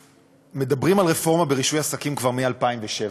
מדברים על רפורמה ברישוי עסקים כבר מ-2007.